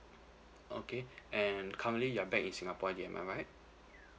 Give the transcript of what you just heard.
okay and currently you're back in singapore already am I right